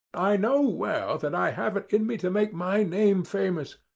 i know well that i have it in me to make my name famous.